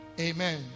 Amen